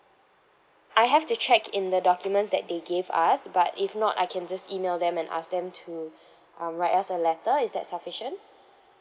I have to check in the documents that they gave us but if not I can just email them and ask them to um write us a letter is that sufficient